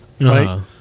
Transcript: right